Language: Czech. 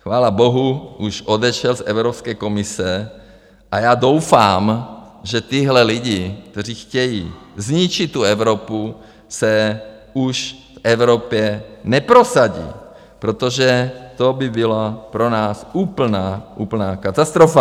Chvála bohu, už odešel z Evropské komise a já doufám, že tyhle lidi, kteří chtějí zničit tu Evropu, se už v Evropě neprosadí, protože to by byla pro nás úplná, úplná katastrofa.